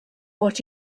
what